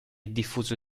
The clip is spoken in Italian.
diffuso